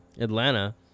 atlanta